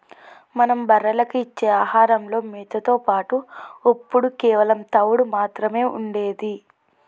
మనం బర్రెలకు ఇచ్చే ఆహారంలో మేతతో పాటుగా ఒప్పుడు కేవలం తవుడు మాత్రమే ఉండేది